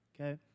okay